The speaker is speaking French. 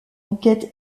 enquête